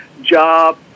job